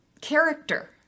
character